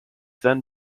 then